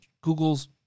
Google's